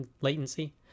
latency